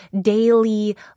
daily